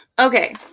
Okay